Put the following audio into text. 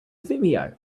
vimeo